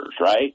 right